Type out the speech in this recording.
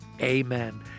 Amen